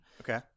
Okay